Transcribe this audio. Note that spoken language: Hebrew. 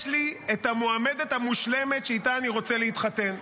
יש לי את המועמדת המושלמת שאיתה אני רוצה להתחתן.